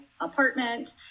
apartment